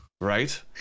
Right